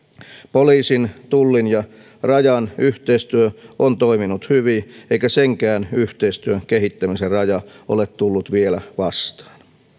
poliisin tullin ja rajan yhteistyö on toiminut hyvin eikä senkään yhteistyön kehittämisen raja ole tullut vielä vastaan